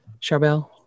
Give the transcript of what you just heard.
Charbel